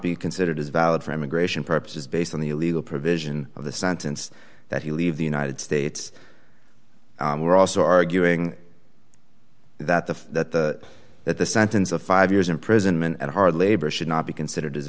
be considered as valid for immigration purposes based on the legal provision of the sentence that he leaves the united states we're also arguing that the that the that the sentence of five years imprisonment at hard labor should not be considered as